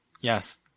yes